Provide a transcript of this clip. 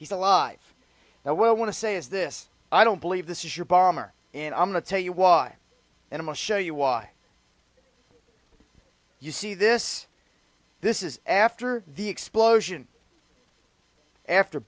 he's alive now will want to say is this i don't believe this is your bomber in i'm a tell you why and i'm a show you why you see this this is after the explosion after